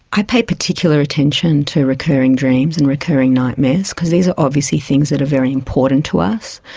i pay particular attention to recurring dreams and recurring nightmares, cause these are obviously things that are very important to us.